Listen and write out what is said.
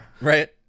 Right